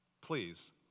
Please